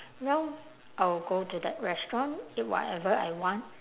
now I'll go that restaurant eat whatever I want